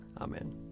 Amen